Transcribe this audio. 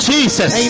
Jesus